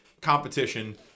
competition